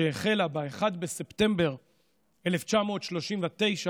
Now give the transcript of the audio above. שהחלה ב-1 בספטמבר 1939,